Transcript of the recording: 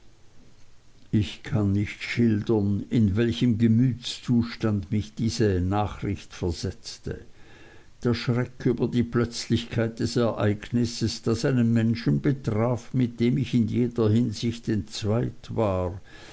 ich kann nicht schildern in welchen gemütszustand mich diese nachricht versetzte der schreck über die plötzlichkeit des ereignisses das einen menschen betraf mit dem ich in jeder hinsicht entzweit war